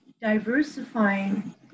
diversifying